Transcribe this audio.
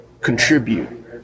contribute